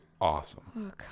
awesome